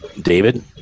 David